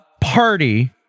party